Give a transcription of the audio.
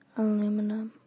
aluminum